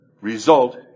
result